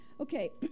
Okay